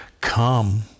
come